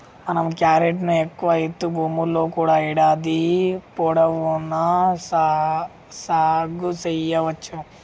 మనం క్యారెట్ ను ఎక్కువ ఎత్తు భూముల్లో కూడా ఏడాది పొడవునా సాగు సెయ్యవచ్చు